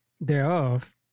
thereof